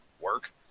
work